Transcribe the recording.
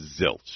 zilch